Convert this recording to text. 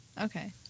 Okay